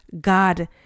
god